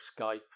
skype